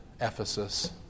Ephesus